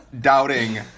doubting